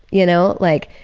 you know, like,